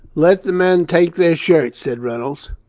let the men take their shirts said reynolds,